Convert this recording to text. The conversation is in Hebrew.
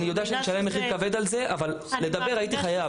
אני יודע שאני אשלם מחיר כבד על זה אבל להגיד את